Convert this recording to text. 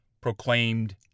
proclaimed